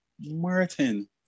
Martin